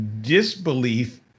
Disbelief